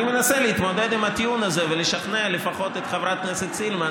אני מנסה להתמודד עם הטיעון הזה ולשכנע לפחות את חברת הכנסת סילמן,